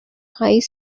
high